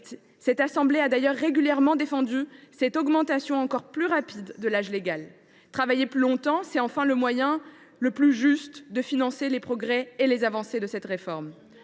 Cette assemblée a régulièrement défendu une augmentation encore plus rapide de l’âge légal de départ. Travailler plus longtemps, c’est enfin le moyen le plus juste de financer les progrès et les avancées de la réforme.